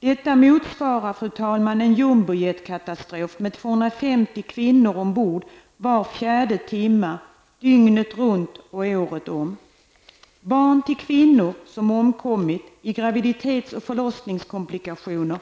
Detta motsvarar en jumbojetkatastrof, med 250 kvinnor ombord på planet, var fjärde timme dygnet runt och året om. Barn till kvinnor som omkommit, i graviditets eller förlossningskomplikationer,